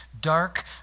dark